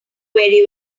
very